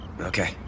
Okay